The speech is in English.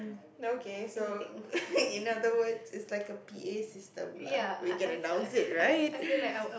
okay so in other words it's like a P_A system lah we can announce it right